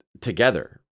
together